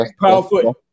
Powerful